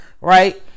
right